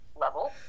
level